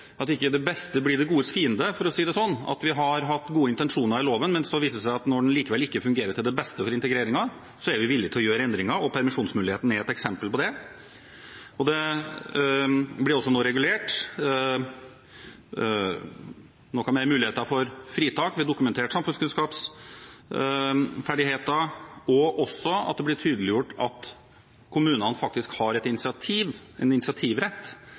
har hatt gode intensjoner i loven, men når det viser seg at den likevel ikke fungerer til det beste for integreringen, så er vi villige til å gjøre endringer. Permisjonsmuligheten er et eksempel på det. Det blir nå regulert noen flere muligheter for fritak ved dokumenterte samfunnskunnskapsferdigheter, og det blir også tydeliggjort at kommunene har